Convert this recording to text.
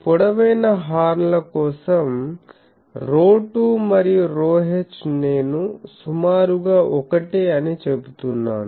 పొడవైన హార్న్ ల కోసం ρ2 మరియు ρh నేను సుమారుగా ఒకటే అని చెబుతున్నాను